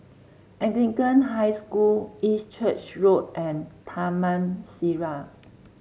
Anglican High School East Church Road and Taman Sireh